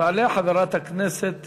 תעלה חברת הכנסת